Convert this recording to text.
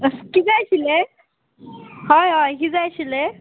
कितें जाय आशिल्लें हय हय कितें जाय आशिल्लें